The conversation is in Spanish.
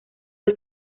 del